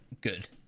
good